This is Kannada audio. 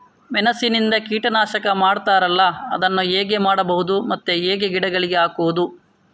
ಮೆಣಸಿನಿಂದ ಕೀಟನಾಶಕ ಮಾಡ್ತಾರಲ್ಲ, ಅದನ್ನು ಹೇಗೆ ಮಾಡಬಹುದು ಮತ್ತೆ ಹೇಗೆ ಗಿಡಗಳಿಗೆ ಹಾಕುವುದು?